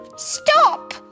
Stop